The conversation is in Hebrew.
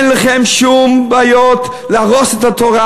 אין לכם שום בעיות להרוס את התורה.